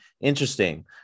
interesting